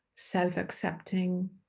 self-accepting